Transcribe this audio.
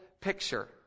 picture